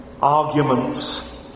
Arguments